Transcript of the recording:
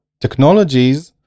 technologies